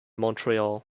montreal